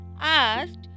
asked